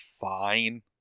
fine